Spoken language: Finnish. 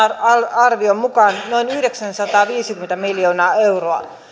arvion mukaan noin yhdeksänsataaviisikymmentä miljoonaa euroa